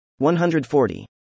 140